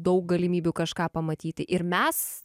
daug galimybių kažką pamatyti ir mes